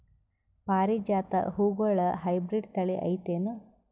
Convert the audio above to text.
ಪಾರಿಜಾತ ಹೂವುಗಳ ಹೈಬ್ರಿಡ್ ಥಳಿ ಐತೇನು?